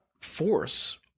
force